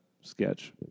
sketch